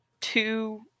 two